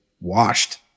washed